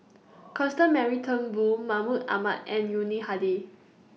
Constance Mary Turnbull Mahmud Ahmad and Yuni Hadi